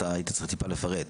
אתה היית צריך טיפה לפרט,